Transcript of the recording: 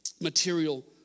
material